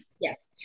Yes